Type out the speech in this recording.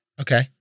Okay